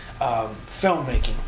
filmmaking